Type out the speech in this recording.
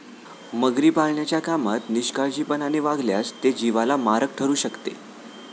मगरी पाळण्याच्या कामात निष्काळजीपणाने वागल्यास ते जीवाला मारक ठरू शकते